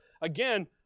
Again